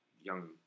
young